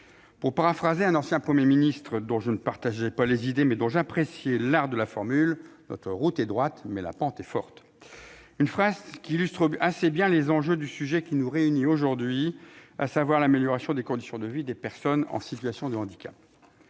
pour citer un ancien Premier ministre, dont les idées n'étaient pas les miennes, mais dont j'appréciais l'art de la formule, « notre route est droite, mais la pente est forte ». Cette phrase illustre assez bien les enjeux du sujet qui nous réunit aujourd'hui : l'amélioration des conditions de vie des personnes en situation de handicap.